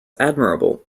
admirable